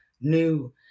new